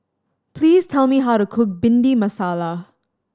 please tell me how to cook Bhindi Masala